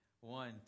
One